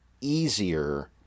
easier